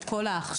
את כל ההכשרות.